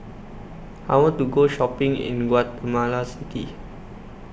I want to Go Shopping in Guatemala City